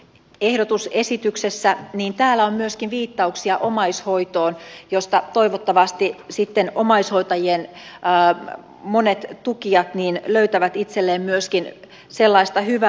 ehdotus esityksessä niin lakiesityksessä on myöskin viittauksia omaishoitoon josta toivottavasti sitten omaishoitajien monet tukijat löytävät itselleen myöskin sellaista hyvää